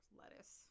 lettuce